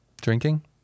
drinking